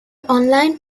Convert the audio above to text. online